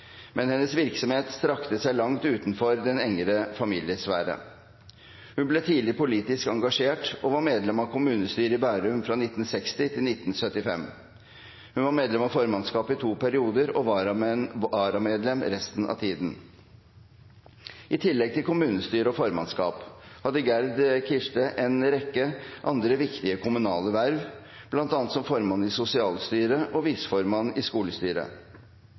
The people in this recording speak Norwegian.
men hennes virksomhet strakte seg langt utenfor den engere familiesfære. Hun ble tidlig politisk engasjert og var medlem av kommunestyret i Bærum fra 1960 til 1975. Hun var medlem av formannskapet i to perioder og varamedlem resten av tiden. I tillegg til kommunestyre og formannskap hadde Gerd Kirste en rekke andre viktige kommunale verv, bl.a. som formann i sosialstyret og viseformann i skolestyret.